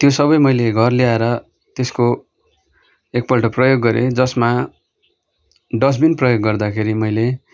त्यो सबै मैले घर ल्याएर त्यसको एकपल्ट प्रयोग गरेँ जसमा डस्टबिन प्रयोग गर्दाखेरि मैले